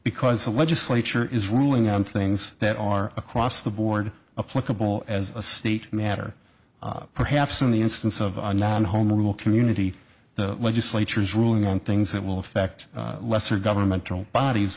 because the legislature is ruling on things that are across the board a plausible as a state matter perhaps in the instance of the home rule community the legislatures ruling on things that will affect lesser governmental bodies